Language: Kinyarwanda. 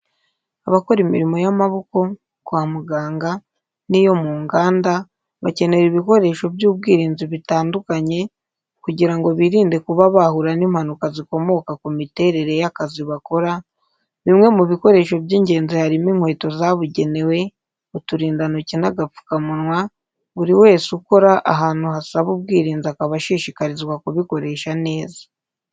Abakora imirimo y'amaboko, kwa muganga, n'iyo mu nganda bakenera ibikoresho by'ubwirinzi bitandukanye kugira ngo birinde kuba bahura n'impanuka zikomoka ku miterere y'akazi bakora, bimwe mu bikoresho by'ingenzi harimo inkweto zabugenewe, uturindantoki n'agapfukamunwa buri wese ukora ahantu hasaba ubwirinzi akaba ashishikarizwa kubikoresha neza.